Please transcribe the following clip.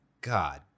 God